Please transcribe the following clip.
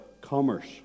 commerce